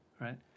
right